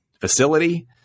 facility